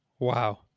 Wow